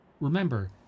Remember